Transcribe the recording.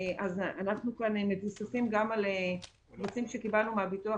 אנחנו מבוססים גם על נתונים שקיבלנו מהביטוח,